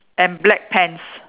and black pants